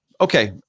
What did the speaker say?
okay